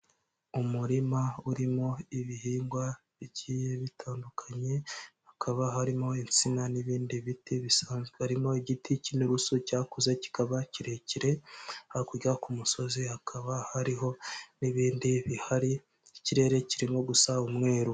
Umurima urimo ibihingwa bigiye bitandukanye, hakaba harimo insina n'ibindi biti bisanzwe, harimo igiti cy'inurusu cyakuze kikaba kirekire, hakurya ku musozi hakaba hariho n'ibindi bihari, ikirere kirimo gusa umweru.